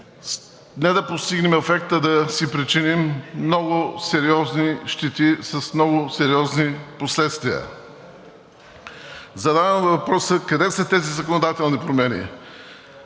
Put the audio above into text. не да постигнем ефект, а да си причиним много сериозни щети с много сериозни последствия. Задавам въпроса къде са тези законодателни промени?